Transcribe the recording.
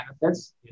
benefits